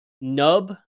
nub